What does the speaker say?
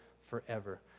forever